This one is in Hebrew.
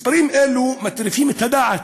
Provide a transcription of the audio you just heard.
מספרים אלה מטריפים את הדעת.